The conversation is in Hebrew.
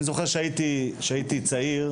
כשהייתי צעיר,